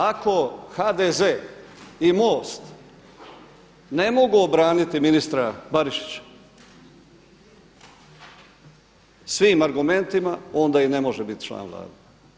Ako HDZ i MOST ne mogu obraniti ministra Barišića svim argumentima onda i ne može biti član Vlade.